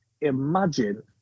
imagine